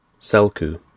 Selku